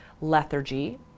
lethargy